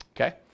okay